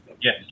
Yes